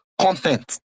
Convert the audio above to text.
content